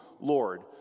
Lord